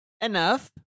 Enough